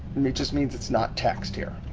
mean, it just means it's not text here.